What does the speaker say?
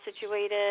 situated